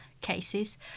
cases